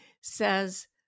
says